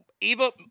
Eva